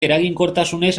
eraginkortasunez